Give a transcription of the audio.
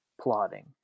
plotting